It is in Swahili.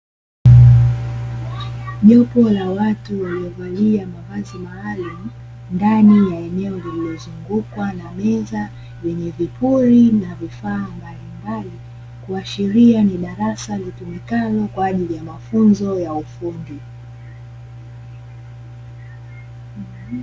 Jopo la watu waliovalia mavazi maalum ndani ya eneo lililozungukwa na meza yenye vipuri na vifaa mbalimbali. Kuashiria ni darasa litumikalo kwaajili ya mafunzo ya ufundi.